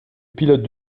pilote